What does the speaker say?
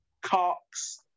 Cox